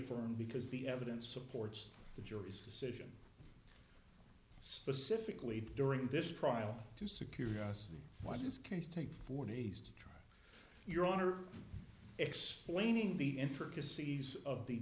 d because the evidence supports the jury's decision specifically during this trial to secure us why this case take four days to try your honor explaining the intricacies of the